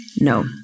no